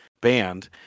band